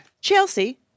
Chelsea